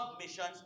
missions